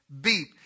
beep